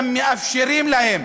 אתם מאפשרים להם